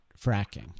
fracking